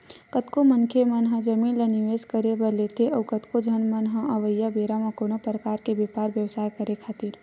कतको मनखे मन ह जमीन ल निवेस करे बर लेथे अउ कतको झन मन ह अवइया बेरा म कोनो परकार के बेपार बेवसाय करे खातिर